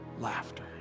laughter